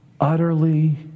utterly